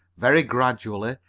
very gradually,